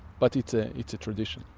but it's ah it's a tradition.